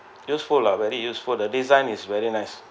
useful lah very useful the design is very nice